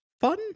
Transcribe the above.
fun